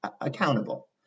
accountable